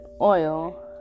oil